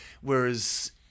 whereas